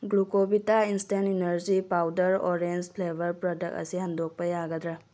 Glucovita instant energy powder orange flavour product ꯑꯁꯤ ꯍꯟꯗꯣꯛꯄ ꯌꯥꯒꯗ꯭ꯔ